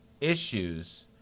issues